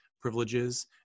privileges